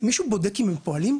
מישהו בודק אם הם פועלים?